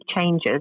changes